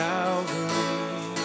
Calvary